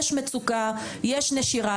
יש מצוקה, יש נשירה.